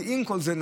ועם כל זאת,